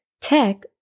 Tech